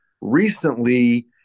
Recently